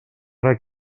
ara